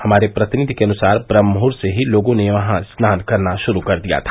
हमारे प्रतिनिधि के अनुसार ब्रम्हमुहूर्त से ही लोगों ने वहां स्नान करना शुरू कर दिया था